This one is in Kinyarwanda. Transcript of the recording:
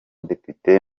depite